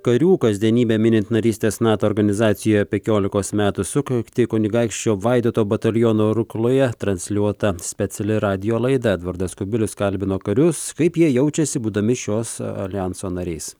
karių kasdienybė minint narystės nato organizacijoje pekiolikos metų sukaktį kunigaikščio vaidoto bataliono rukloje transliuota speciali radijo laida edvardas kubilius kalbino karius kaip jie jaučiasi būdami šios aljanso nariais